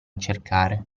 cercare